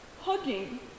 hugging